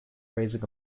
raising